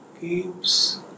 keeps